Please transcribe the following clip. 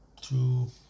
Two